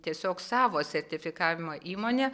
tiesiog savo sertifikavimo įmonę